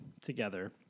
together